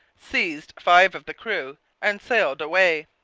seized five of the crew, and sailed away.